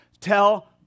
tell